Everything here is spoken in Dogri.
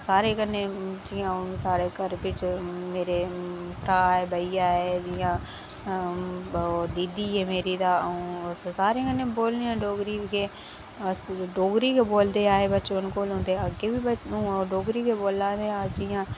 सारें कन्नै जियां हून साढ़े घर बिच्च मेरे भ्राऽ ऐ भैया ऐ जियां दीदी ऐ मेरी तां अऊं अस सारें कन्नै बोलने आं डोगरी गै डोगरी गै बोलदे आए बचपन कोला ते अग्गै बी डोगरी गै बोल्ला दे आं जियां